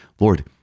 Lord